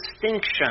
distinction